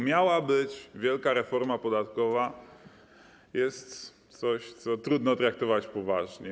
Miała być wielka reforma podatkowa, a jest coś, co trudno traktować poważnie.